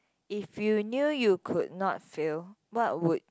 if you knew you could not fail what would